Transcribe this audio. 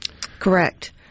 Correct